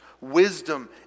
wisdom